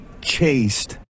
chased